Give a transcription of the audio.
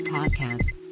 Podcast